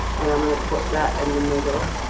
and i'm gonna put that in the middle.